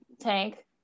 Tank